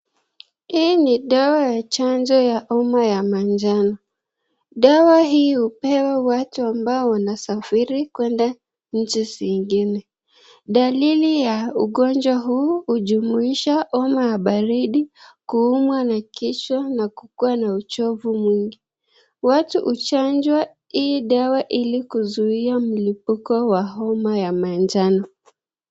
Hii ni dawa ya chanjo ya homa ya manjano. Dawa hii hupewa watu ambao wanasafiri kwenda nchi zingine. Dalili ya ugonjwa huu hujumuisha homa ya baridi, kuumwa na kichwa na kukuwa na uchovu mwingi. Watu huchanjwa hii ili kuzuia mlipuko wa homa ya manjano.